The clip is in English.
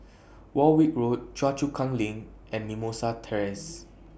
Warwick Road Choa Chu Kang LINK and Mimosa Terrace